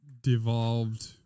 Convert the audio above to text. devolved